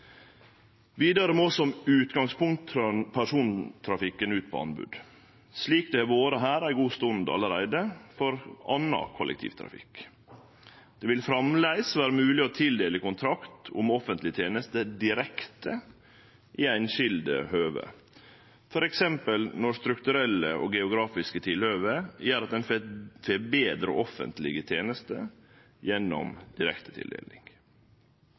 Vidare må som utgangspunkt persontogtrafikken ut på anbod, slik det har vore her ei god stund allereie for anna kollektivtrafikk. Det vil framleis vere mogleg å tildele kontrakt om offentleg teneste direkte i einskilde høve, f.eks. når strukturelle og geografiske tilhøve gjer at ein får betre offentlege tenester gjennom